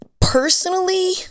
personally